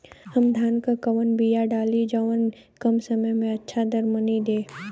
हम धान क कवन बिया डाली जवन कम समय में अच्छा दरमनी दे?